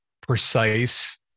precise